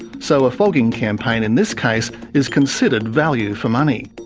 so a fogging campaign in this case is considered value for money.